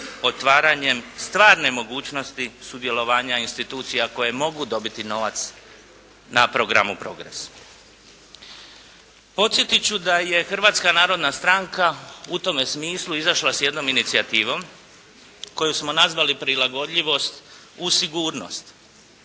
otvaranjem stvarne mogućnosti sudjelovanja institucija a koje mogu dobiti novac na programu PROGRESS-a. Podsjetiti ću da je Hrvatska narodna stranka u tome smislu izašla s jednom inicijativom koju smo nazvali prilagodljivost u sigurnost.